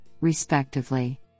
respectively